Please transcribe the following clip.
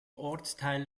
ortsteil